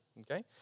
Okay